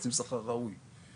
רוצים שכר ראוי.